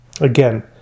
Again